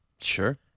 Sure